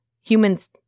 Humans